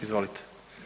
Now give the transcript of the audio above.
Izvolite.